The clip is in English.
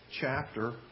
chapter